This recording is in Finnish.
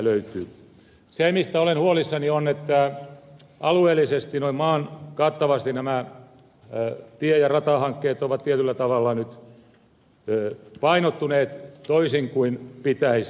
se mistä olen huolissani on että alueellisesti noin maan kattavasti nämä tie ja ratahankkeet ovat tietyllä tavalla nyt painottuneet toisin kuin pitäisi